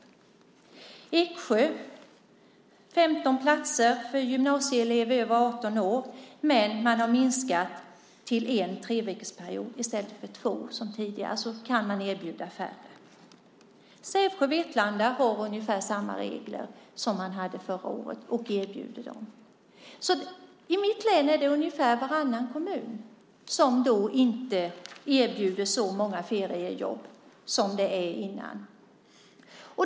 I Eksjö är det 15 platser för gymnasieelever över 18 år, men man har minskat till en treveckorsperiod i stället för två, som tidigare. Sävsjö/Vetlanda har ungefär samma regler som man hade förra året och erbjuder detta. I mitt län är det ungefär varannan kommun som inte erbjuder så många feriejobb som innan.